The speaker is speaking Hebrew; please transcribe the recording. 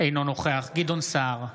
אינו נוכח גדעון סער,